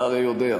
אתה הרי יודע.